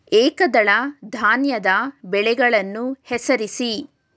ಏಕದಳ ಧಾನ್ಯದ ಬೆಳೆಗಳನ್ನು ಹೆಸರಿಸಿ?